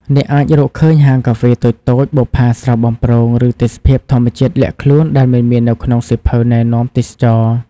អ្នកអាចរកឃើញហាងកាហ្វេតូចៗ បុប្ផាស្រស់បំព្រង ឬទេសភាពធម្មជាតិលាក់ខ្លួនដែលមិនមានក្នុងសៀវភៅណែនាំទេសចរណ៍។